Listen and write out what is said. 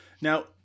Now